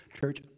Church